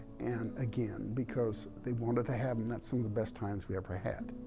and again, because they wanted to have, and that's some of the best times we ever had.